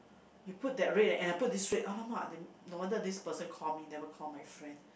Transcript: you put that rate and I put this rate !alamak! that mean then no wonder this person call me never call my friend